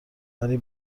ولی